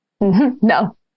No